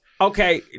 Okay